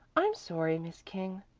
i'm sorry, miss king,